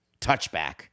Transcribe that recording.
touchback